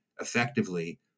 effectively